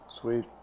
Sweet